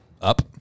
Up